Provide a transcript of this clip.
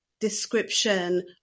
description